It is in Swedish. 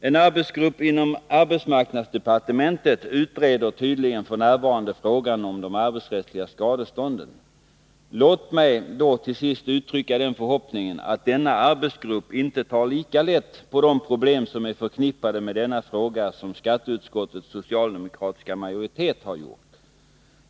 En arbetsgrupp inom arbetsmarknadsdepartementet utreder tydligen f. n. frågan om de arbetsrättsliga skadestånden. Låt mig till sist uttrycka den förhoppningen att denna arbetsgrupp inte tar lika lätt på de problem som är förknippade med denna fråga som skatteutskottets socialdemokratiska majoritet har gjort.